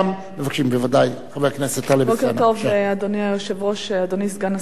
בוקר טוב, אדוני היושב-ראש, אדוני סגן השר.